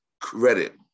credit